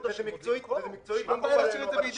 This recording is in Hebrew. חודשים --- מה הבעיה להשאיר את זה בידי השר?